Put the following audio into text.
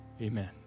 amen